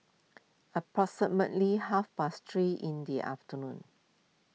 approximately half past three in the afternoon